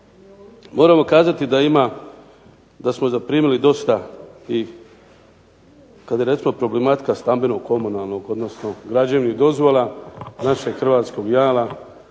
dosta tih, kad je recimo problematika stambeno-komunalnog, odnosno građevnih dozvola našeg hrvatskog jala,